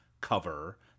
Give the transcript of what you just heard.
cover